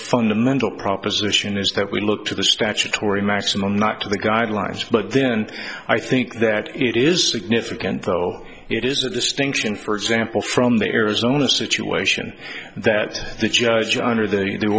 fundamental proposition is that we look to the statutory maximum not to the guidelines but then i think that it is significant though it is a distinction for example from the arizona situation that the judge on are the